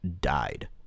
died